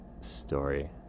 story